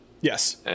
yes